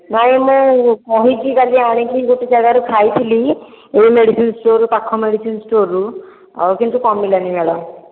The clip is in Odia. ନାଇଁ ମୁଁ କହିକି କାଲି ଆଣିକି ଗୋଟିଏ ଜାଗାରୁ ଖାଇଥିଲି ଏହି ମେଡ଼ିସିନ୍ ଷ୍ଟୋରରୁ ପାଖ ମେଡ଼ିସିନ୍ ଷ୍ଟୋରରୁ ଆଉ କିନ୍ତୁ କମିଲାନି ମ୍ୟାଡ଼ାମ